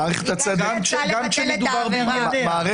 גם כשמדובר --- לא,